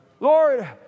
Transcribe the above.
Lord